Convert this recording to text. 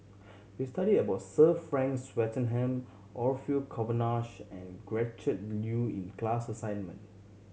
we studied about Sir Frank Swettenham Orfeur Cavenagh and Gretchen Liu in class assignment